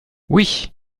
oui